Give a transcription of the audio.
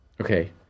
Okay